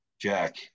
Jack